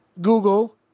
Google